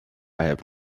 have